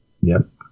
Yes